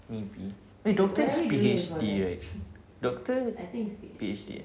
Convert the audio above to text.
maybe wait doctor is P_H_D right doctor P_H_D eh